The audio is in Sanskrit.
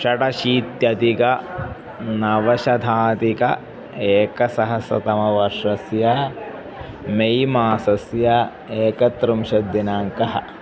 षडशीत्यधिकं नवशताधिकम् एकसहस्रतमवर्षस्य मे मासस्य एकत्रिंशत् दिनाङ्कः